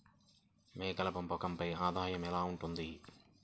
మేకల పెంపకంపై ఆదాయం ఎలా ఉంటుంది?